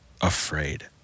afraid